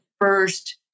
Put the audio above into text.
first